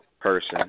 person